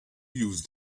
use